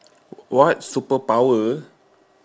what superpower